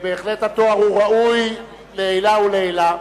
בהחלט התואר ראוי לעילא ולעילא.